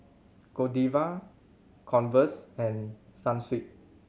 Godiva Converse and Sunsweet